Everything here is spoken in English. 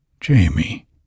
Jamie